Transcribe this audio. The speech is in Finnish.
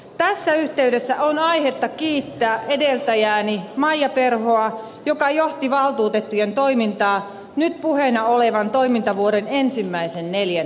tässä yhteydessä on aihetta kiittää edeltäjääni maija perhoa joka johti valtuutettujen toimintaa nyt puheena olevan toimintavuoden ensimmäisen neljänneksen